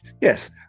yes